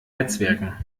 netzwerken